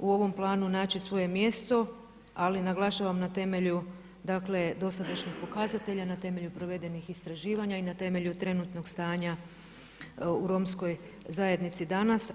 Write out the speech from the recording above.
u ovom planu naći svoje mjesto, ali naglašavam na temelju dosadašnjih pokazatelja, na temelju provedenih istraživanja i na temelju trenutnog stanja u romskoj zajednici danas.